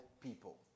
People